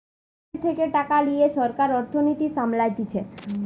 লোকের থেকে টাকা লিয়ে সরকার অর্থনীতি সামলাতিছে